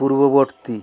পূর্ববর্তী